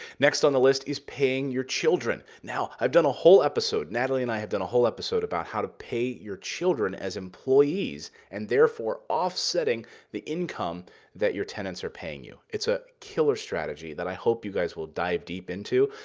next on the list is paying your children. now, i've done a whole episode. natalie and i have done a whole episode about how to pay your children as employees and, therefore, offsetting the income that your tenants are paying you. it's a killer strategy that i hope you guys will dive deep into.